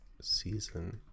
Season